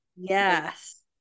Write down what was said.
yes